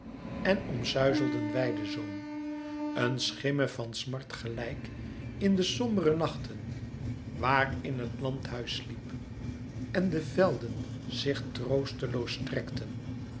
en omsuizelden weidezoom een schim me van smart gelijk in de sombere nachten waar in het landhuis sliep en de velden zich troosteloos strekten